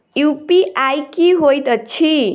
UPI की होइत अछि